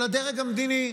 של הדרג המדיני.